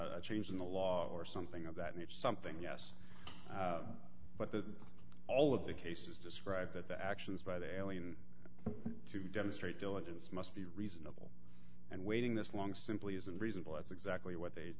a change in the law or something of that nature something yes but that all of the cases described that the actions by the alien to demonstrate diligence must be reasonable and waiting this long simply isn't reasonable that's exactly what they